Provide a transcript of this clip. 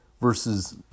versus